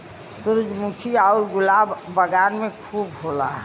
सूरजमुखी आउर गुलाब बगान में खूब होला